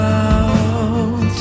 out